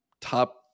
top